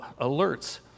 alerts